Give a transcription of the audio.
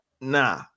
nah